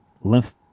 lymph